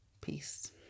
Peace